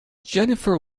jennifer